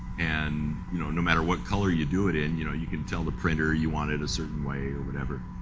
and you know no matter what color you do it in you know, you can tell the printer you want it in a certain way or whatever.